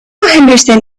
henderson